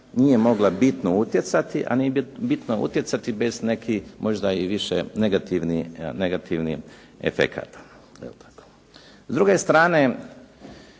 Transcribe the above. nije mogla bitno utjecati, a ni bitno utjecati bez nekih možda i više negativnih efekata. Jel tako? S druge strane